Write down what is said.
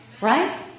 Right